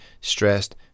stressed